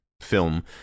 film